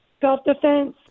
self-defense